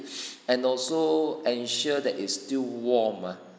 and also ensure that is still warm ah